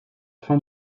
fin